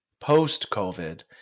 post-COVID